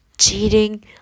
Cheating